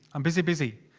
i'm busy, busy.